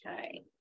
Okay